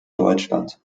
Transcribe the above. deutschland